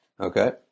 Okay